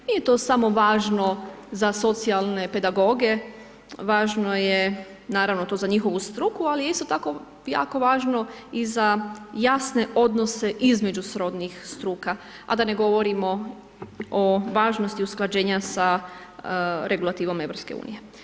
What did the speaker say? Nije to samo važno za socijalne pedagoge, važno je, naravno, to za njihovu struku, ali je isto tako jako važno i za jasne odnose između srodnih struka, a da ne govorimo o važnosti usklađenja sa regulativom EU.